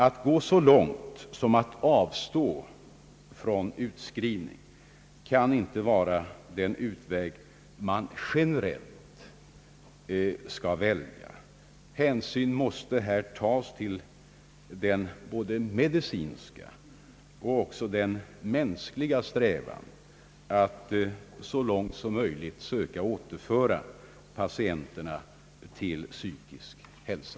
Att gå så långt som till att avstå från utskrivning kan inte vara den utväg man generellt skall välja. Hänsyn måste här tas till både den medicinska och den mänskliga strävan att i möjligaste mån söka återföra patienterna till psykisk hälsa.